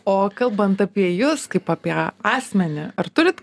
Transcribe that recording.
o kalbant apie jus kaip apie asmenį ar turit